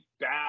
bad